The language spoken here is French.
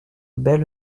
belle